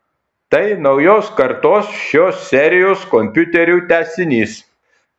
tai naujos kartos šios serijos kompiuterių tęsinys